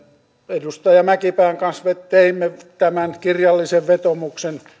edustaja mäkipään kanssa teimme tämän kirjallisen vetoomuksen